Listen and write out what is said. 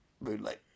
Moonlight